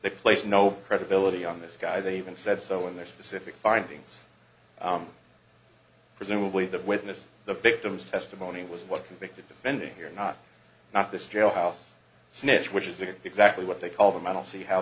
they place no credibility on this guy they even said so in their specific findings presumably that witness the victim's testimony was what convicted defending here not not this jailhouse snitch which is exactly what they call them i don't see how